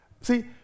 See